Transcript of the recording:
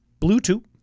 Bluetooth